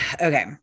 okay